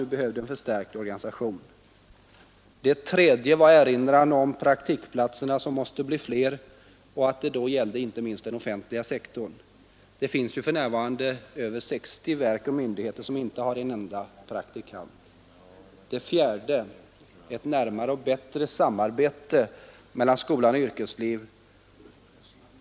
De behöver nu en förstärkt organisation. I den tredje punkten erinrar vi om att praktikplatserna måste bli fler och att det gäller inte minst den offentliga sektorn. Det finns för närvarande över 60 verk och myndigheter som inte har en enda praktikantplats. I den fjärde punkten pekar vi på behovet av ett närmare och bättre samarbete mellan skola och yrkesliv.